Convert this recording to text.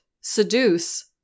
seduce